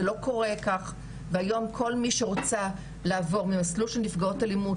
זה לא קורה כך והיום כל מי שרוצה לעבור ממסלול של נפגעות אלימות,